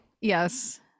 Yes